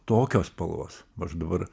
tokios spalvos aš dabar